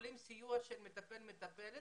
מקבלים סיוע של מטפל או מטפלת,